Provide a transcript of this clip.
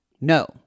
No